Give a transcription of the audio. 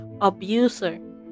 abuser